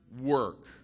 work